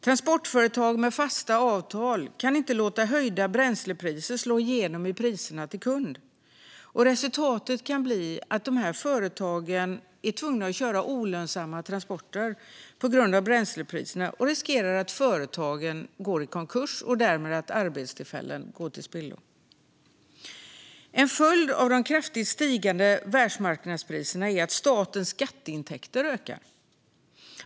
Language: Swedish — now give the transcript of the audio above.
Transportföretag med fasta avtal kan inte låta höjda bränslepriser slå igenom i priserna till kund. Resultatet kan bli att dessa företag är tvungna att köra olönsamma transporter på grund av bränslepriserna. Företagen riskerar då att gå i konkurs, och därmed kan arbetstillfällen gå till spillo. En följd av de kraftigt stigande världsmarknadspriserna är att statens skatteintäkter ökar.